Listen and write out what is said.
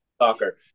soccer